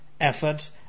effort